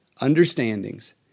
understandings